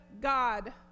God